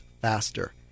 faster